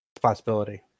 Possibility